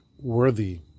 Worthy